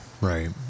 Right